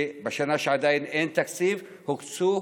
בשנה שעדיין אין בה תקציב, הוקצו,